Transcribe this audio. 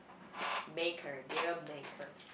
maker deal maker